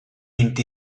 vint